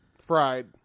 fried